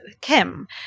Kim